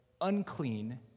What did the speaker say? unclean